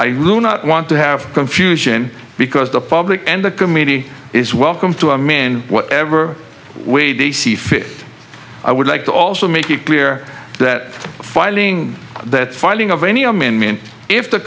not want to have confusion because the public and the committee is welcome to i'm in whatever way they see fit i would like to also make it clear that filing that filing of any amendment if the